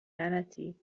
لعنتی